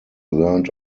learned